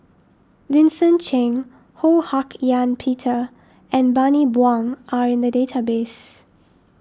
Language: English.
Vincent Cheng Ho Hak Ean Peter and Bani Buang are in the database